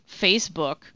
Facebook